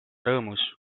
rõõmus